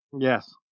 Yes